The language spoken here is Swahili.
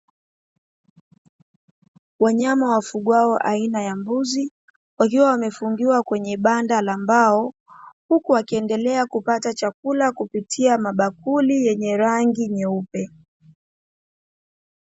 Wanyama wafugwao aina ya mbuzi wakiwa wamefungiwa kwenye banda la mbao huku wakiendelea kupata chakula kupitia mabakuli yenye rangi nyeupe.